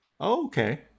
Okay